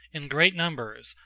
in great numbers,